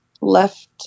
left